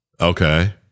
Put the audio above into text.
Okay